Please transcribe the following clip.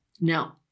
Now